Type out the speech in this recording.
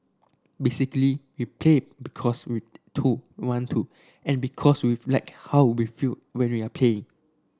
basically we play because we to want to and because like how we feel when are play